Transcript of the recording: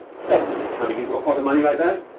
suddenly coming into a pot of money like that.